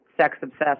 sex-obsessed